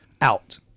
out